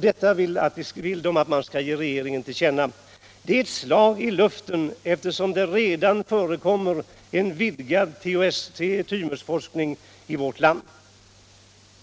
Detta vill de ge regeringen till känna. Det är emellertid ett slag i luften, eftersom det redan förekommer en vidgad